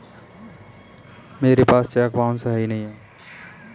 मेरा cheque bounce हो गया था